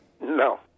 No